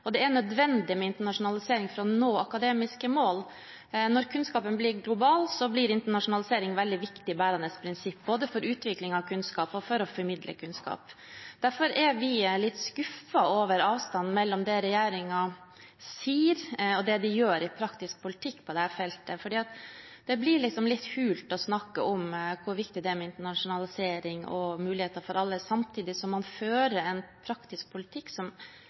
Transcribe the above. og det er nødvendig med internasjonalisering for å nå akademiske mål. Når kunnskapen blir global, blir internasjonalisering et veldig viktig bærende prinsipp både for utvikling av kunnskap og for å formidle kunnskap. Derfor er vi litt skuffet over avstanden mellom det regjeringen sier og det de gjør i praktisk politikk på dette feltet, for det blir litt hult å snakke om hvor viktig det er med internasjonalisering og muligheter for alle samtidig som man fører en praktisk politikk som